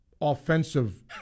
offensive